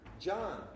John